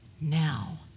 now